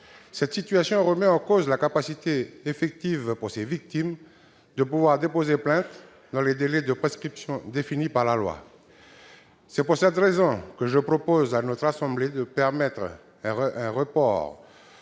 Cette situation remet en cause la capacité effective de ces victimes à déposer plainte dans les délais de prescription définis par la loi. C'est pour cette raison que je propose à notre Haute Assemblée de reporter le point